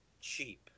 cheap